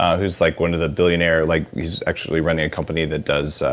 who's like, one of the billionaire. like he's actually running a company that does,